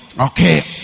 Okay